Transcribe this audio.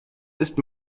ist